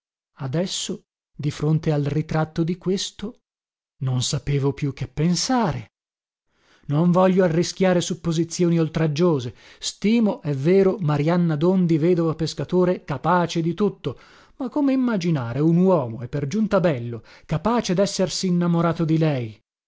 adesso di fronte al ritratto di questo non sapevo più che pensare non voglio arrischiare supposizioni oltraggiose stimo è vero marianna dondi vedova pescatore capace di tutto ma come immaginare un uomo e per giunta bello capace dessersi innamorato di lei